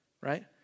Right